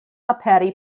aperi